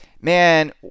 man